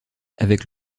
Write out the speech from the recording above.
avec